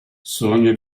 sogna